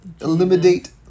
Eliminate